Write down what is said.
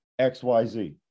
XYZ